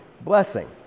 blessing